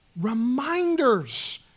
reminders